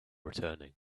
returning